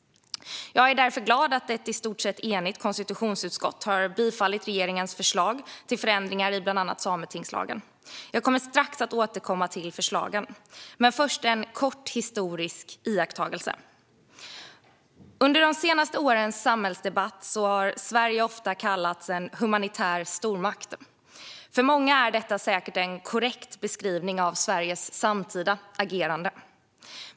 Jag är därför glad att ett i stort sett enigt konstitutionsutskott har bifallit regeringens förslag till förändringar i bland annat sametingslagen. Jag kommer strax att återkomma till förslagen, men först en kort historisk iakttagelse. Under de senaste årens samhällsdebatt har Sverige ofta kallats en humanitär stormakt. För många är detta säkert en korrekt beskrivning av Sveriges samtida agerande.